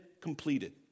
completed